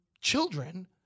children